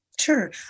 Sure